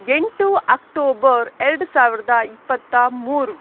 ಎಂಟು ಅಕ್ಟೋಬರ್ ಎರಡು ಸಾವಿರದ ಇಪ್ಪತ್ತ ಮೂರು